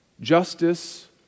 Justice